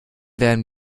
werden